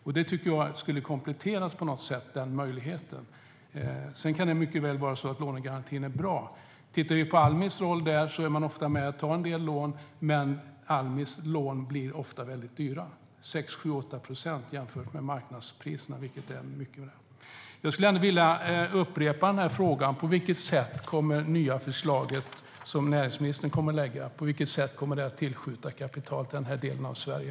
Jag tycker att den möjligheten borde kompletteras. Almi är ofta med och tar en del lån, men Almis lån blir ofta väldigt dyra, 6-8 procent, jämfört med marknadspriserna som är mycket lägre. Jag vill ändå upprepa frågan: På vilket sätt kommer det nya förslaget, som näringsministern kommer att lägga fram, att tillskjuta kapital till den här delen av Sverige?